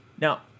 Now